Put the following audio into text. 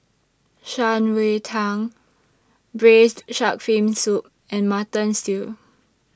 Shan Rui Tang Braised Shark Fin Soup and Mutton Stew